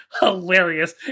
hilarious